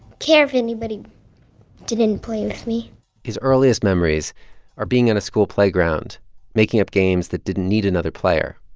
care if anybody didn't play with me his earliest memories are being in a school playground making up games that didn't need another player,